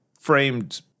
framed